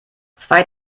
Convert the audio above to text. zwei